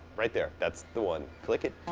right there, that's the one. click it.